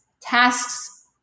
tasks